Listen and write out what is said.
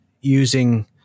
using